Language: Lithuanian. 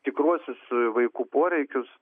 tikruosius vaikų poreikius